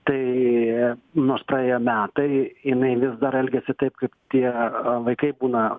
tai nors praėjo metai jinai vis dar elgiasi taip kaip tie vaikai būna